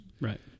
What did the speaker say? Right